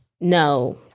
no